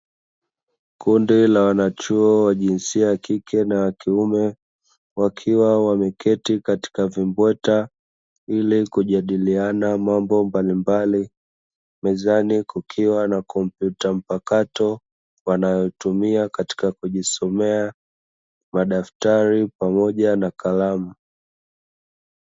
Kundi la wanachuo, wa jinsia ya kike na ya kiume; wakiwa wameketi katika vimbweta, ili kujadiliana mambo mbalimbali, mezani kukiwa na kompyuta mpakato wanayotumia katika kujisomea, madaftari pamoja na kalamu.